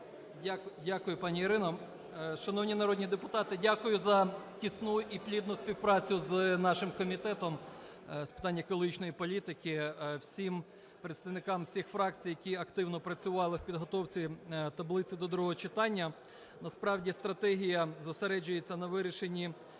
Дякую, пані Ірино. Шановні народні депутати, дякую за тісну і плідну співпрацю з нашим Комітетом з питань екологічної політики, всім представникам всіх фракцій, які активно працювали в підготовці таблиці до другого читання. Насправді стратегія зосереджується на вирішенні